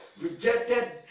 Rejected